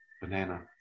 Banana